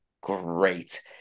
great